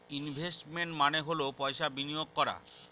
investment মানে হল পয়সা বিনিয়োগ করা